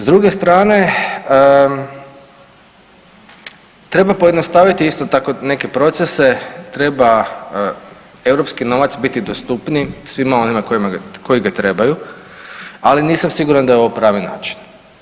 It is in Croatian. S druge strane treba pojednostaviti isto tako neke procese, treba europski novac biti dostupniji svima onima koji ga trebaju, ali nisam siguran da je ovo pravi način.